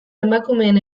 emakumeen